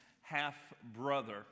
half-brother